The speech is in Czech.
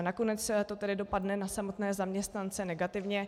Nakonec to dopadne na samotné zaměstnance negativně.